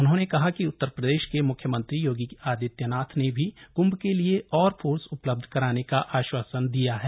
उन्होंने कहा कि उत्तर प्रदेश के मुख्यमंत्री योगी आदित्यनाथ ने भी क्म्भ के लिए और फोर्स उपलब्ध कराने का आश्वासन दिया है